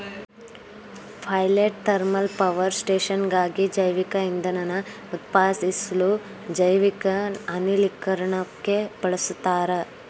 pilot thermal power ಸ್ಟೇಷನ್ಗಾಗಿ ಜೈವಿಕಇಂಧನನ ಉತ್ಪಾದಿಸ್ಲು ಜೈವಿಕ ಅನಿಲೀಕರಣಕ್ಕೆ ಬಳುಸ್ತಾರೆ